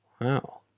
Wow